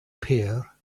pear